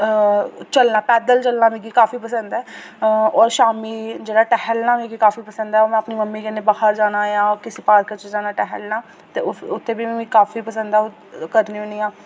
अ चलना पैदल चलना मिगी काफी पसंद ऐ होर शामीं जेह्ड़ा टैह्लना मिगी काफी पसंद ऐ में अपनी मम्मी कन्नै बाह्र जाना ऐ कुसै पॉर्क च जाना टैह्लना ते उ'त्थें बी मिगी काफी पसंद ऐ करनी होनी आं